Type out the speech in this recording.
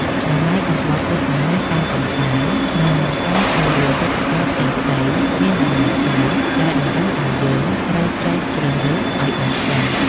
តម្លៃសំបុត្រទស្សនាការកម្សាន្ត និងការចូលរួមព្រឹត្តិការណ៍ផ្សេងៗ មានតម្លៃថ្លៃដែលតម្រូវឱ្យយើងត្រូវចេះជ្រើសរើសឱ្យបានច្បាស់។